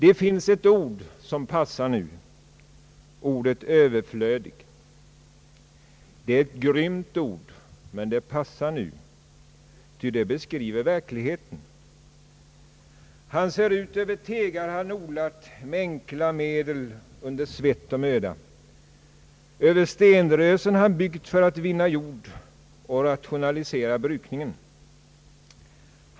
Det finns ett ord som passar nu: Det är ett grymt ord — men det passar nu ty det beskriver verkligheten. Han ser ut över tegar han odlat med enkla medel under svett och möda, över stenrösen han byggt för att vinna jord och rationalisera brukningen.